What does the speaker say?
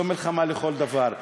זו מלחמה לכל דבר.